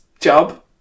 job